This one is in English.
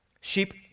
Sheep